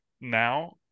now